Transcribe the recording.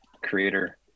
creator